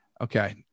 Okay